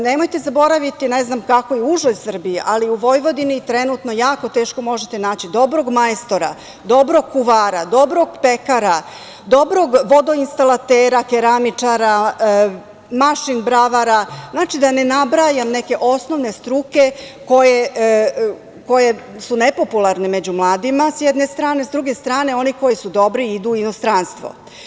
Nemojte zaboraviti, ne znam kako je u užoj Srbiji, ali u Vojvodini jako teško možete naći dobrog majstora, dobrog kuvara, dobrog pekara, dobrog vodoinstalatera, keramičara, mašin bravara, da ne nabrajam neke osnovne struke, koje su nepopularne među mladima, sa jedne strane, a sa druge strane one koje su dobre, idu u inostranstvo.